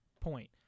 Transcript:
point